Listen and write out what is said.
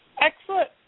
Excellent